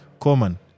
Common